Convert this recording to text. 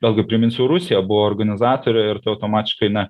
vėlgi priminsiu rusija buvo organizatorė ir tai automatiškai na